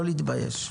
לא להתבייש.